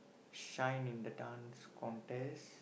shine in the Dance Contest